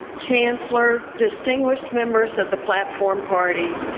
chancellor, distinguished members of the platform party,